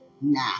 Nah